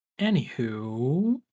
anywho